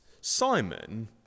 Simon